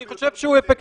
אני חושב שהוא אפקטיבי,